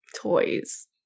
toys